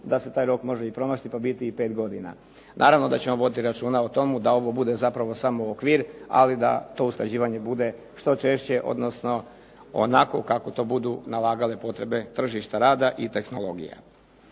da se taj rok može i promašiti, pa biti i 5 godina. Naravno da ćemo voditi računa o tomu da ovo bude zapravo samo okvir ali da to usklađivanje bude što češće, odnosno onako kako to budu nalagale potrebe tržište rada i tehnologija.